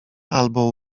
albo